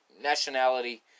nationality